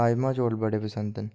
राजमाह् चौल बड़े पंसद न